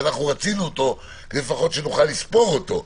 שאנחנו רצינו אותו כדי שלפחות נוכל לספור אותו,